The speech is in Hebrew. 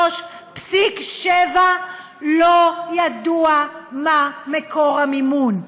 ב-93.7% לא ידוע מה מקור המימון?